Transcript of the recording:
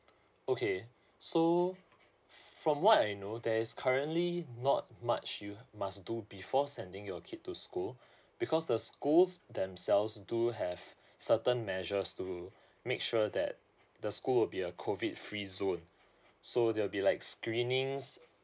okay so from what I know there is currently not much you must do before sending your kid to school because the schools themselves do have certain measures to make sure that the school would be a COVID free zone so there'll be like screenings